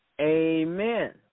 Amen